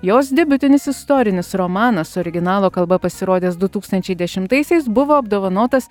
jos debiutinis istorinis romanas originalo kalba pasirodęs du tūkstančiai dešimtaisiais buvo apdovanotas